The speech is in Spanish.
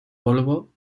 polvo